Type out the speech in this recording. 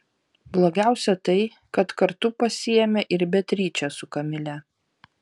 blogiausia tai kad kartu pasiėmė ir beatričę su kamile